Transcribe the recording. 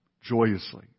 joyously